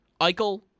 Eichel